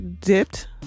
dipped